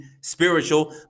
spiritual